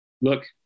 look